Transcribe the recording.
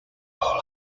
all